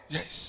Yes